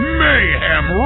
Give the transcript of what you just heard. mayhem